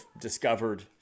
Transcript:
discovered